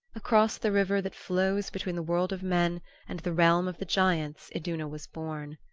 across the river that flows between the world of men and the realm of the giants iduna was borne.